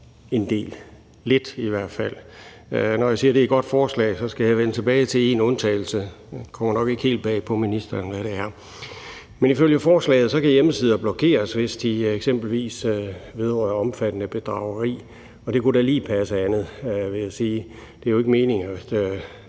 en del, i hvert fald lidt. Når jeg siger, det er et godt forslag, skal jeg vende tilbage til én undtagelse, og det kommer nok ikke helt bag på ministeren, hvad det er. Ifølge forslaget kan hjemmesider blokeres, hvis de eksempelvis vedrører omfattende bedrageri, og det kunne da lige passe andet, vil jeg sige. Det er jo ikke meningen, at